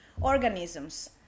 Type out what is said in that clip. organisms